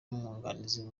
n’umwunganizi